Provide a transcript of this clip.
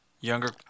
younger